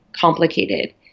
complicated